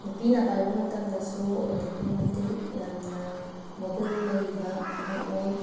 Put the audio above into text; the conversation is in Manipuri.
ꯅꯨꯄꯤꯅ ꯄꯥꯏꯕ ꯃꯇꯝꯗꯁꯨ ꯑꯗꯨꯛꯀꯤ ꯃꯇꯤꯛ ꯌꯥꯝꯅ ꯃꯒꯨꯜ ꯂꯩꯕ ꯑꯃ ꯑꯣꯏ